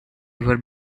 river